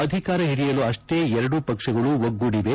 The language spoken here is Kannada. ಅಧಿಕಾರ ಹಿಡಿಯಲು ಅಷ್ಟೇ ಎರಡೂ ಪಕ್ಷಗಳೂ ಒಗ್ಗೂಡಿವೆ